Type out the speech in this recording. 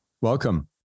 Welcome